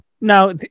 Now